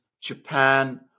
Japan